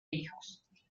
hijos